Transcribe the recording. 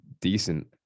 Decent